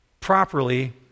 Properly